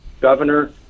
governor